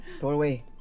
doorway